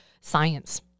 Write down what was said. science